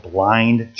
Blind